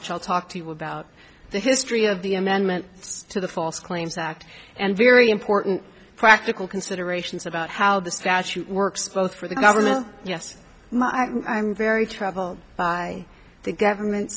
which i'll talk to you about the history of the amendment to the false claims act and very important practical considerations about how the statute works both for the government yes i'm very troubled by the government